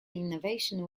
innovation